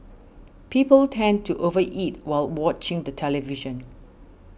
people tend to over eat while watching the television